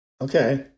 Okay